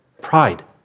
Pride